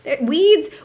Weeds